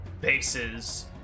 bases